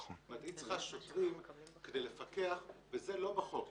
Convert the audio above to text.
היא צריכה שוטרים כדי לפקח וזה לא בחוק.